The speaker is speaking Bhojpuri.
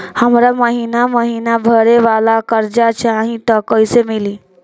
हमरा महिना महीना भरे वाला कर्जा चाही त कईसे मिली?